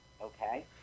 Okay